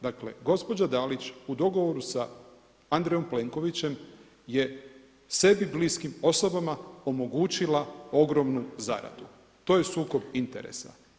Dakle gospođa DAlić u dogovoru sa Andrejom Plenkovićem je sebi bliskim osobama omogućila ogromnu zaradu, to je sukob interesa.